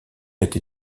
été